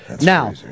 Now